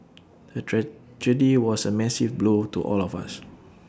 the tragedy was A massive blow to all of us